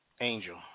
Angel